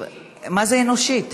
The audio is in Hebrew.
מה זה אנושית?